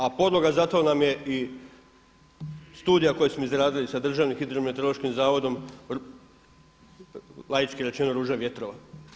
A podloga za to nam je i studija koju smo izradili sa Hrvatskim hidrometeorološkim zavodom laički rečeno ruža vjetrova.